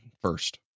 first